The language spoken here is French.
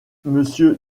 monsieur